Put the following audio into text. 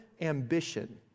ambition